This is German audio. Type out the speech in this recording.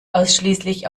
ausschließlich